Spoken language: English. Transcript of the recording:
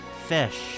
fish